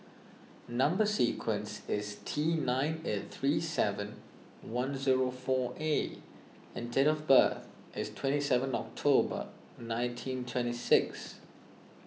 Number Sequence is T nine eight three seven one zero four A and date of birth is twenty seven October nineteen twenty six